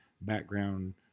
background